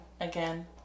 again